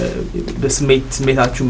and this makes me not to